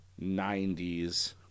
90s